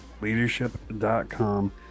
leadership.com